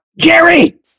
Jerry